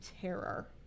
terror